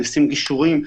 נעשים גישורים,